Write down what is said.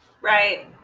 Right